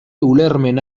ulermena